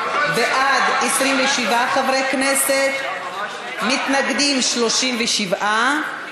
בעד, 27 חברי כנסת, מתנגדים, 37,